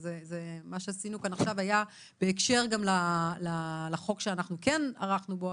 מה שעשינו כאן עכשיו היה בהקשר לחוק שאנחנו עסקנו בו,